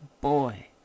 boy